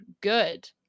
good